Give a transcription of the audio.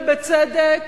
ובצדק,